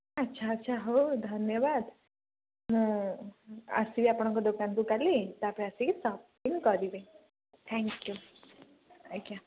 ଆଛା ଆଛା ହଉ ଧନ୍ୟବାଦ ମୁଁ ଆସିବି ଆପଣଙ୍କ ଦୋକାନ କୁ କାଲି ତାପରେ ଆସିକି ସପିଙ୍ଗ କରିବି ଥ୍ୟାଙ୍କ ୟୁଉ ଆଜ୍ଞା